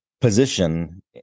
position